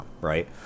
right